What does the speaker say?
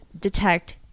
detect